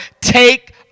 take